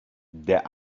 der